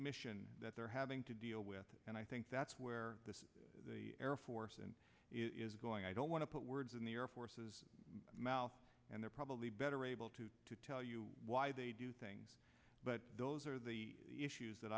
mission that they're having to deal with and i think that's where the air force and is going i don't want to put words in the air force's mouth and they're probably better able to tell you why they do things but those are the issues that